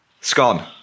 scone